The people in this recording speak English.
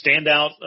standout